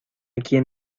quien